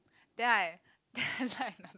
then I then I like another guy